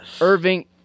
Irving